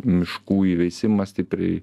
miškų įveisimą stipriai